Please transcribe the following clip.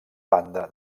banda